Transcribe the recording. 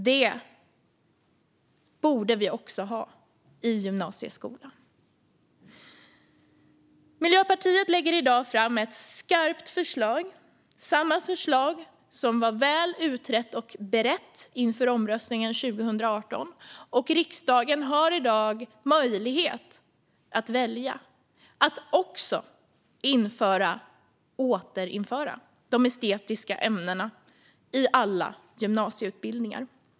Det borde vi också ha i gymnasieskolan. Miljöpartiet lägger i dag fram ett skarpt förslag, samma förslag som var väl utrett och berett inför omröstningen 2018. Och riksdagen har i dag möjlighet att välja att också återinföra de estetiska ämnena i alla gymnasieutbildningar.